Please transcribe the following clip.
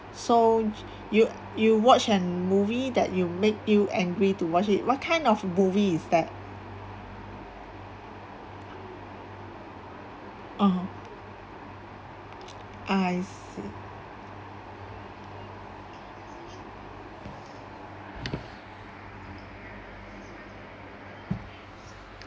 so you you watched and movie that it'll make you angry to watch it what kind of movie is that (uh huh) I see